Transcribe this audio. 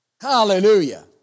Hallelujah